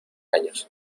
años